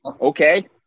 okay